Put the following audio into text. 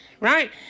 right